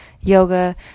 yoga